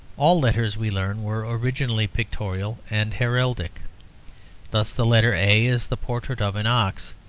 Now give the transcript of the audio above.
all letters, we learn, were originally pictorial and heraldic thus the letter a is the portrait of an ox,